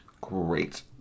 Great